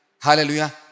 Hallelujah